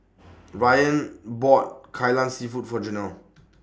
Ryne bought Kai Lan Seafood For Janelle